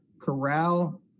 corral